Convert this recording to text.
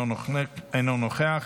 אינו נוכח,